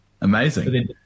Amazing